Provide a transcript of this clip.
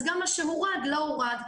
אז גם מה שמורד לא הורד.